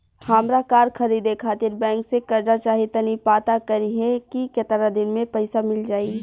हामरा कार खरीदे खातिर बैंक से कर्जा चाही तनी पाता करिहे की केतना दिन में पईसा मिल जाइ